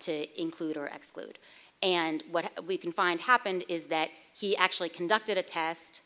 to include or exclude and what we can find happened is that he actually conducted a test